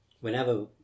Whenever